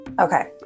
Okay